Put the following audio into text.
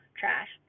trash